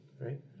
Right